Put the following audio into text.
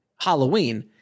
Halloween